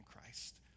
Christ